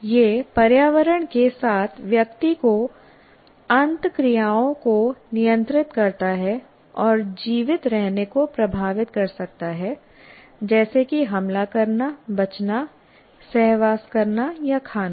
यह पर्यावरण के साथ व्यक्ति की अंतःक्रियाओं को नियंत्रित करता है और जीवित रहने को प्रभावित कर सकता है जैसे कि हमला करना बचना सहवास करना या खाना